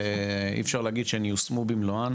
אי אפשר להגיד שהן יושמו במלואן